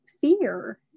fear